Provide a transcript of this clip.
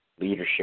leadership